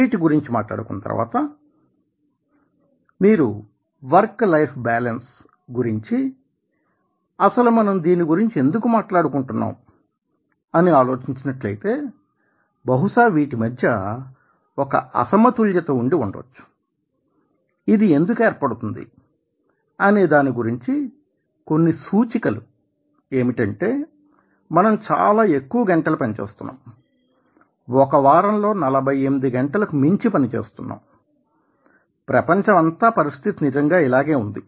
వీటి గురించి మాట్లాడుకున్న తర్వాత మీరు వర్క్ లైఫ్ బ్యాలెన్స్ గురించి అసలు మనం దీని గురించి ఎందుకు మాట్లాడుకుంటున్నాం అని ఆలోచించినట్లయితే బహుశా వీటి మధ్య ఒక అసమతుల్యత ఉండి ఉండవచ్చు ఇది ఎందుకు ఏర్పడుతుంది అనేదాని గురించి కొన్ని సూచికలు ఏమిటంటే మనం చాలా ఎక్కువ గంటలు పని చేస్తున్నాం ఒక వారంలో 48గంటలకు మించి పని చేస్తున్నాం ప్రపంచమంతా పరిస్థితి నిజంగా ఇలాగే ఉంది